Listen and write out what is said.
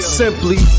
simply